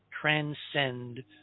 transcend